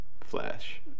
flash